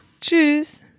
Tschüss